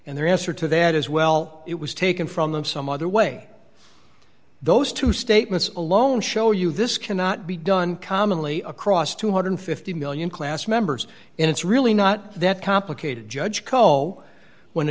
and their answer to that is well it was taken from them some other way those two statements alone show you this cannot be done commonly across two hundred and fifty million class members and it's really not that complicated judge poe when